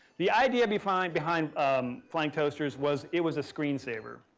the idea behind behind um flying toasters was, it was a screensaver.